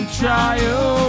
trial